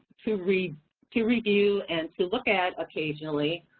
to review to review and to look at occasionally,